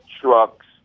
trucks